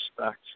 respect